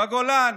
בגולן,